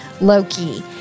Loki